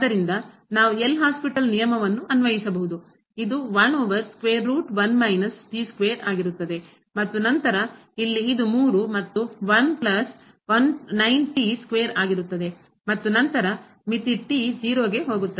ಆದ್ದರಿಂದ ನಾವು L'Hopital ನಿಯಮವನ್ನು ಅನ್ವಯಿಸಬಹುದು ಇದು 1 over square root 1 minus t square ಆಗಿರುತ್ತದೆ ಮತ್ತು ನಂತರ ಇಲ್ಲಿ ಇದು 3 ಮತ್ತು 1 ಪ್ಲಸ್ 9 ಸ್ಕ್ವೇರ್ ಆಗಿರುತ್ತದೆ ಮತ್ತು ನಂತರ ಮಿತಿ t 0 ಗೆ ಹೋಗುತ್ತದೆ